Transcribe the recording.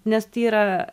nes tai yra